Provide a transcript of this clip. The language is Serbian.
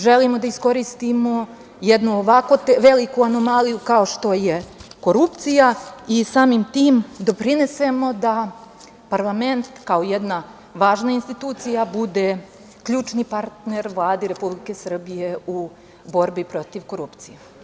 Želimo da iskoristimo jednu ovako veliku anomaliju kao što je korupcija i samim tim, doprinesemo da parlament kao jedna važna institucija bude ključni partner Vladi Republike Srbije u borbi protiv korupcije.